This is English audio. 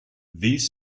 this